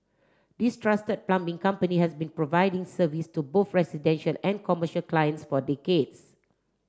this trusted plumbing company has been providing service to both residential and commercial clients for decades